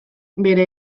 bere